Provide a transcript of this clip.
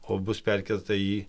o bus perkelta į